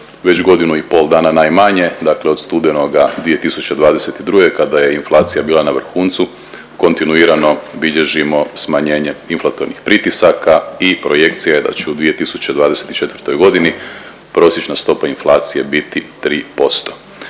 već godinu i pol dana najmanje, dakle od studenoga 2022. kada je inflacija bila na vrhuncu kontinuirano bilježimo smanjenje inflatornih pritisaka i projekcija je da će u 2024.g. prosječna stopa inflacije biti 3%.